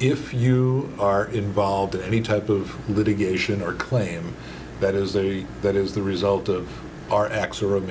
if you are involved in any type of litigation or claim that is they that is the result of our x or